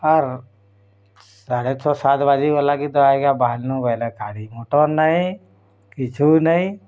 ଆର୍ ସାଢ଼େ ଛଅ ସାତ ବାଜି ଗଲା କି ତ ଆଜ୍ଞା ବାହାରିନୁ ବୋଲେ ଗାଡ଼ି ମଟର୍ ନାହିଁ କିଛୁ ନାହିଁ